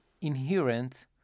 inherent